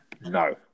No